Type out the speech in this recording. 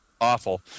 awful